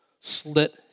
slit